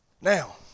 Now